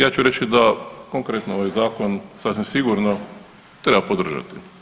Ja ću reći da konkretno ovaj zakon sasvim sigurno treba podržati.